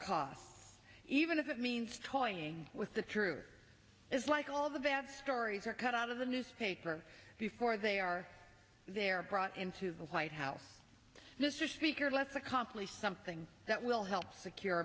costs even if it means toying with the truth is like all the bad stories are cut out of the newspaper before they are there brought into the white house this is speaker let's accomplish something that will help secure